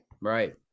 right